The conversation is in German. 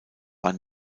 war